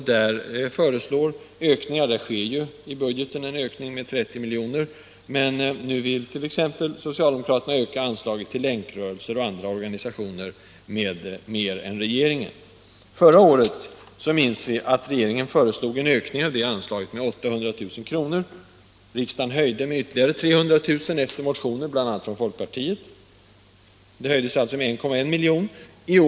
I budgeten föreslås en ökning av anslagen till vård av missbrukare med 30 miljoner. Nu vill socialdemokraterna öka anslagen till länkrörelser och andra organisationer mer än regeringen har föreslagit. Förra året föreslog den gamla regeringen en ökning av det anslaget med 800 000 kr. Riksdagen höjde med ytterligare 300 000 kr. efter motioner från bl.a. folkpartiet. Höjningen blev alltså 1,1 milj.kr.